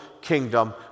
kingdom